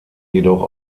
jedoch